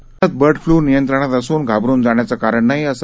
राज्यात bird flu नियंत्रणात असून घाबरून जाण्याचं कारण नाही असं